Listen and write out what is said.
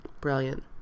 brilliant